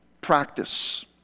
practice